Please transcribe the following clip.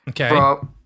okay